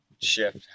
shift